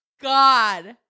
god